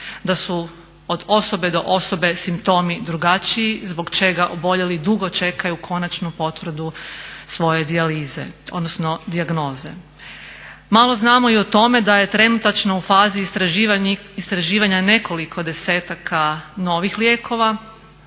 da su od osobe do osobe simptomi drugačiji zbog čega oboljeli dugo čekaju konačnu potvrdu svoje dijalize, odnosno dijagnoze. Malo znamo i o tome da je trenutačno u fazi istraživanje nekoliko desetaka novih lijekova